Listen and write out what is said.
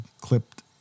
clipped